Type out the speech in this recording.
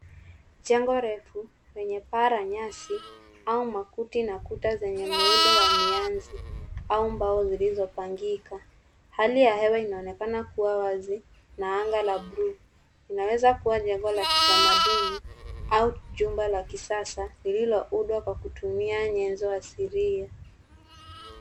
Jengo refu lenye paa la nyasi au makuti na kuta zenye muundo wa mianzi au mbao zilizo pangika. Hali ya hewa inaonekana kuwa wazi na anga la buluu, linaweza kuwa jengo la kitamaduni au chumba la kisasa lililoundwa kwa kutumia nyenzo asilia.